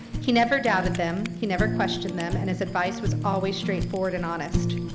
he never doubted them. he never questioned them and his advice was always straightforward and honest.